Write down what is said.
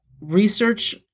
Research